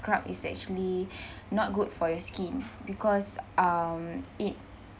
scrub is actually not good for your skin because um it